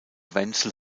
wenzel